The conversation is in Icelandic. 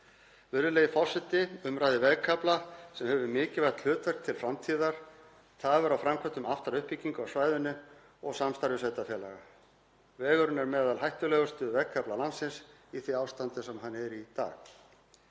Virðulegi forseti. Um er að ræða vegkafla sem hefur mikilvægt hlutverk til framtíðar. Tafir á framkvæmdum aftra uppbyggingu á svæðinu og samstarfi sveitarfélaga. Vegurinn er meðal hættulegustu vegkafla landsins í því ástandi sem hann er í dag.